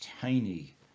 tiny